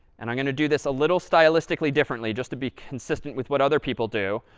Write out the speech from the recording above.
and i'm going to do this a little stylistically differently, just to be consistent with what other people do.